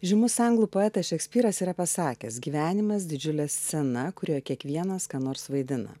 žymus anglų poetas šekspyras yra pasakęs gyvenimas didžiulė scena kurioje kiekvienas ką nors vaidina